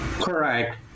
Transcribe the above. Correct